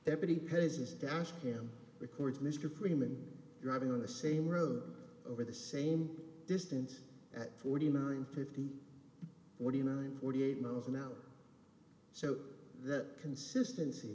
pretty paces dash cam records mr freeman driving on the same road over the same distance at forty nine fifty forty nine forty eight miles an hour so that consistency